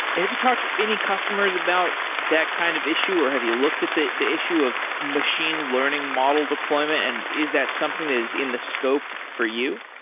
have you talked to any customers about that kind of issue, or have you looked at the the issue of machine learning model deployment and is that something that is in the scope for you?